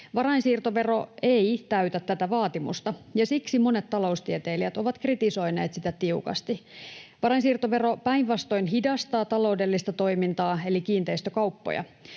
Varainsiirtovero ei täytä tätä vaatimusta, ja siksi monet taloustieteilijät ovat kritisoineet sitä tiukasti. Varainsiirtovero päinvastoin hidastaa taloudellista toimintaa eli kiinteistökauppoja.